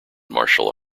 martial